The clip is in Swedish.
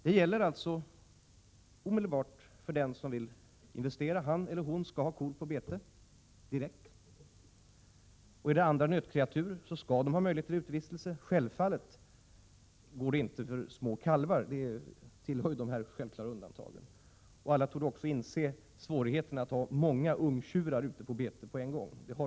För den som vill nyinvestera innebär alltså den föreslagna lagstiftningen omedelbart att han eller hon skall låta kor gå på bete. Är det fråga om andra nötkreatur, skall dessa ha möjlighet till utevistelse. Detta går självfallet inte att kräva när det gäller små kalvar — de tillhör ju de självklara undantagen. Alla torde också inse att det även har sina problem att ha många ungtjurar ute på bete samtidigt.